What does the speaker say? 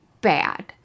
bad